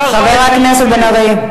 חבר הכנסת בן-ארי.